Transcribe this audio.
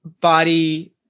body